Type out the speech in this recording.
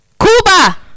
Cuba